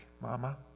Mama